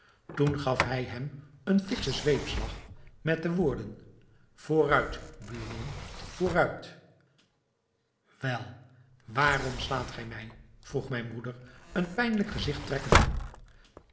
toen gaf hij hem een fikschen zweepslag met de woorden vooruit buurman vooruit wel waarom slaat gij mij vroeg mijn broeder een pijnlijk gezigt trekkende